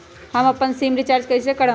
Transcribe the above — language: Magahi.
हम अपन सिम रिचार्ज कइसे करम?